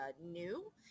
new